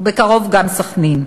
ובקרוב גם סח'נין,